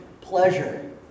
pleasure